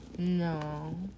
No